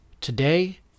Today